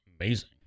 amazing